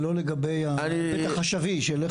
ולא לגבי הקטע החשבי של איך.